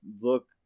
look